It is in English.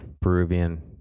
Peruvian